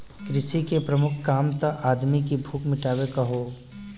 कृषि के प्रमुख काम त आदमी की भूख मिटावे क हौ